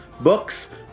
books